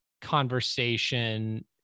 conversation